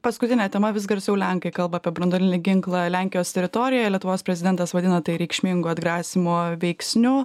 paskutinė tema vis garsiau lenkai kalba apie branduolinį ginklą lenkijos teritorijoje lietuvos prezidentas vadina tai reikšmingu atgrasymo veiksniu